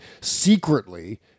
secretly